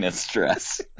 stress